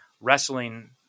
Wrestling